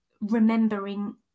remembering